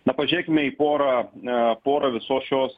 na pažiūrėkime į porą porą visos šios